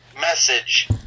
message